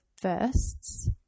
firsts